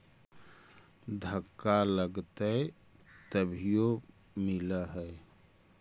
धक्का लगतय तभीयो मिल है?